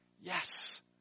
Yes